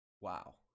wow